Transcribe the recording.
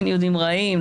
אין יהודים רעים,